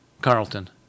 Carlton